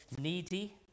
needy